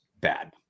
bad